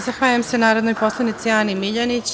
Zahvaljujem se narodnoj poslanici Ani Miljanić.